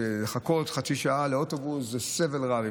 לחכות חצי שעה לאוטובוס זה סבל רב.